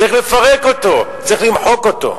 צריך לפרק אותו, צריך למחוק אותו.